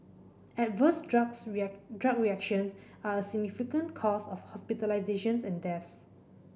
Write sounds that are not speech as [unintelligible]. adverse drugs [unintelligible] drug reactions are a significant cause of hospitalisations and deaths